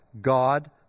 God